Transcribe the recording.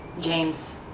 James